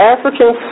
African